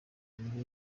muri